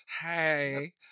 Hey